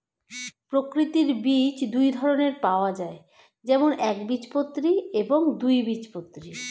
প্রাকৃতিক বীজ দুই ধরনের পাওয়া যায়, যেমন একবীজপত্রী এবং দুই বীজপত্রী